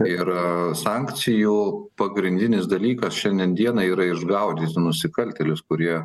tai yra sankcijų pagrindinis dalykas šiandien dieną yra išgaudyti nusikaltėlius kurie